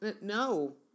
No